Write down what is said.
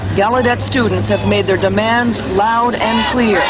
gallaudet students have made their demands loud and